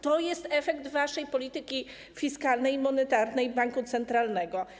To jest efekt waszej polityki fiskalnej i monetarnej polityki banku centralnego.